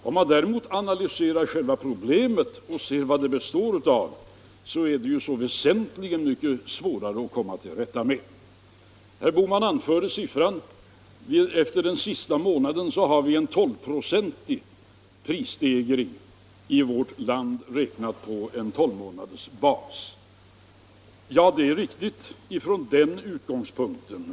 Om man däremot analyserar själva problemet och ser vad det består av finner man att det är väsentligt mycket svårare att komma till rätta med. Herr Bohman nämnde att vi i vårt land efter den sista månaden haft en 12-procentig prisstegring under en 12-månadersperiod. Det är riktigt från den utgångspunkten.